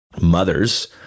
Mothers